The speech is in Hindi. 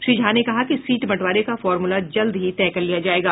श्री झा ने कहा कि सीट बंटवारे का फॉर्मूला जल्द ही तय कर लिया जायेगा